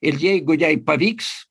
ir jeigu jai pavyks